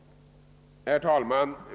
Herr talman!